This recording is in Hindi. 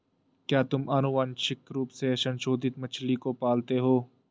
क्या तुम आनुवंशिक रूप से संशोधित मछली को पालते हो?